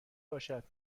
باشد